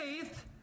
faith